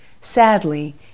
Sadly